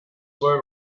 were